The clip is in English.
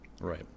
Right